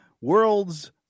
world's